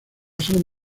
son